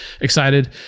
excited